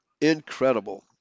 incredible